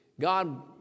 God